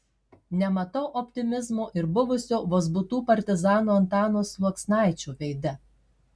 nematau optimizmo ir buvusio vozbutų partizano antano sluoksnaičio veide